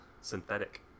synthetic